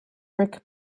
brick